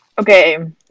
Okay